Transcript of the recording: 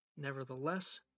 Nevertheless